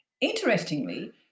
Interestingly